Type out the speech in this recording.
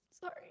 Sorry